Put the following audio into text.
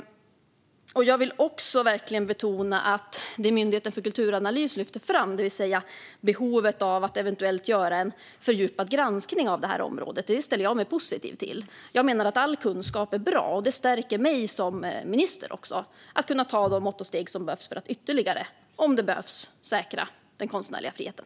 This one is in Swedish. Jag vill också verkligen betona att jag ställer mig positiv till det som Myndigheten för kulturanalys lyfter fram, det vill säga behovet av att eventuellt göra en fördjupad granskning av det här området. Jag menar att all kunskap är bra. Det stärker också mig som minister att kunna ta de mått och steg som krävs för att vid behov ytterligare säkra den konstnärliga friheten.